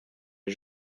les